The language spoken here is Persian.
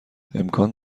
امکان